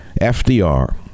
FDR